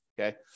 Okay